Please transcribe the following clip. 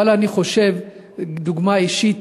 אבל אני חושב שדוגמה אישית,